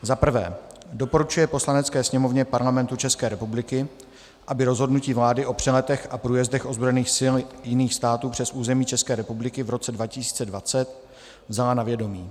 I. doporučuje Poslanecké sněmovně Parlamentu České republiky, aby Rozhodnutí vlády o přeletech a průjezdech ozbrojených sil jiných států přes území České republiky v roce 2020 vzala na vědomí;